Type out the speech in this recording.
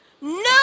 no